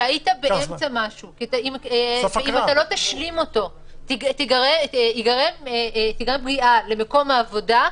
באמצע משהו שאם הוא לא ישלים אותו תיגרם פגיעה למקום העבודה.